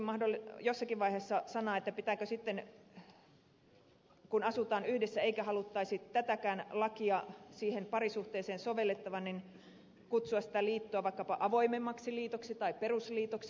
kysyin jossakin vaiheessa että pitääkö sitten kun asutaan yhdessä eikä haluttaisi tätäkään lakia siihen parisuhteeseen sovellettavan kutsua sitä liittoa vaikkapa avoimemmaksi liitoksi tai perusliitoksi